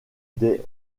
des